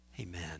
Amen